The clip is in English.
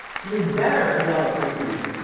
to be better adele impersonators. and